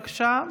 בבקשה,